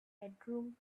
bedroom